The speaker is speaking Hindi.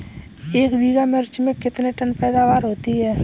एक बीघा मिर्च में कितने टन पैदावार होती है?